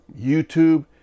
YouTube